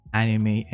anime